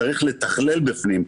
צריך לתכלל בפנים,